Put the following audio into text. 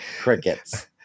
Crickets